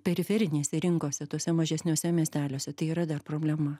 periferinėse rinkose tuose mažesniuose miesteliuose tai yra dar problema